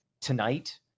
tonight